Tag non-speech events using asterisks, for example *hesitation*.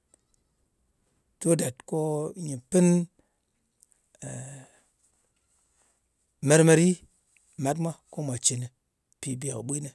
*noise* So that ko nyɨ pɨn *hesitation* marmari mat mwa ko mwa cɨnɨ mpì bè kɨ ɓwinɨ.